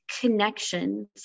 connections